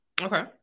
Okay